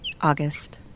August